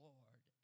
Lord